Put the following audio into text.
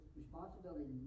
responsibility